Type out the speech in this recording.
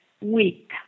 week